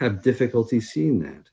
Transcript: have difficulty seeing that